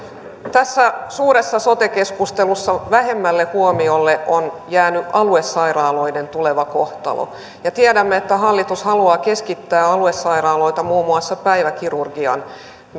tässä suuressa sote keskustelussa vähemmälle huomiolle on jäänyt aluesairaaloiden tuleva kohtalo tiedämme että hallitus haluaa keskittää aluesairaaloita muun muassa päiväkirurgian